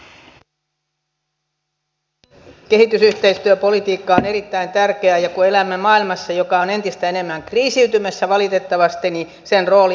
kehitysyhteistyöpolitiikka on erittäin tärkeää ja kun elämme maailmassa joka on entistä enemmän kriisiytymässä valitettavasti niin sen rooli entisestään korostuu